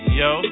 yo